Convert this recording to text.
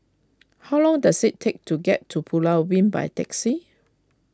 how long does it take to get to Pulau Ubin by taxi